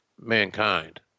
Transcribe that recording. mankind